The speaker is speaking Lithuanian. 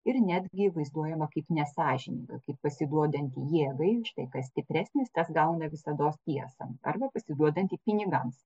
ir netgi vaizduojama kaip nesąžininga kaip pasiduodant jėgai štai kas stipresnis tas gauna visados tiesą arba pasiduodanti pinigams